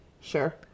sure